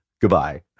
Goodbye